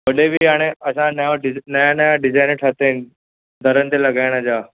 होॾे बि हाणे असां नओं डिज नवां नवां डिजाईन ठाता आहिनि दरनि ते लॻाइण जा